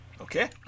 Okay